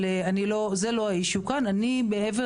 זה לא הנושא כאן, מעבר